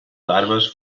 larves